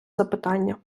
запитання